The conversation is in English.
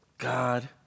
God